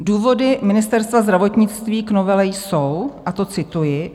Důvody Ministerstva zdravotnictví k novele jsou a to cituji: